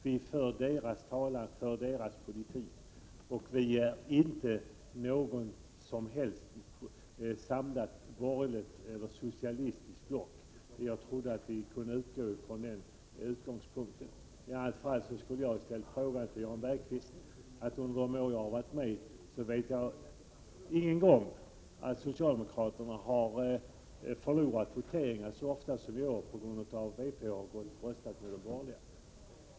Vi för dess talan och dess politik. Det finns alltså inte något samlat borgerligt eller socialistiskt block. Jag trodde att vi kunde utgå från det. Jag kan inte minnas att socialdemokraterna under de år jag har varit med förlorat voteringar så ofta som i år, på grund av att vpk har röstat med de borgerliga.